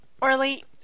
Orly